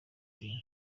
ati